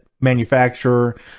manufacturer